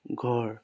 ঘৰ